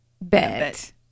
Bet